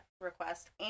requests